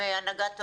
מהנהגת ההורים,